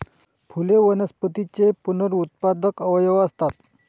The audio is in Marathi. फुले वनस्पतींचे पुनरुत्पादक अवयव असतात